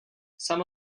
some